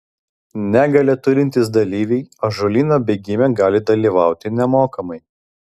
negalią turintys dalyviai ąžuolyno bėgime gali dalyvauti nemokamai